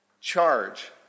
charge